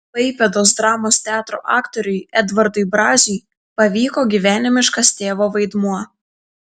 klaipėdos dramos teatro aktoriui edvardui braziui pavyko gyvenimiškas tėvo vaidmuo